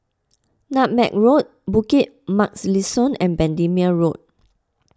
Nutmeg Road Bukit Mugliston and Bendemeer Road